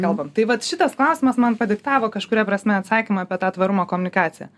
kalbam tai vat šitas klausimas man padiktavo kažkuria prasme atsakymą apie tą tvarumo komunikaciją